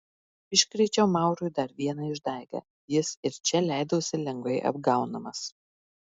iškrėčiau maurui dar vieną išdaigą jis ir čia leidosi lengvai apgaunamas